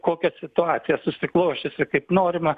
kokia situacija susiklosčiusi kaip norima